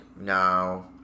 no